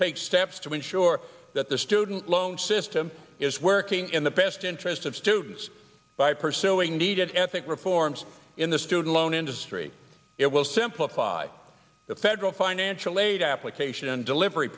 take steps to ensure that the student loan system is working in the best interest of students by pursuing needed ethics reforms in the student loan industry it will simplify the federal financial aid application and delivery